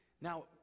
now